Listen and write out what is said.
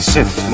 Sith